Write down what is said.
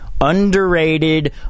underrated